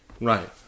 right